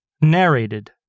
Narrated